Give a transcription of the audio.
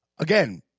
Again